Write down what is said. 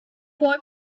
boy